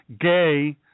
gay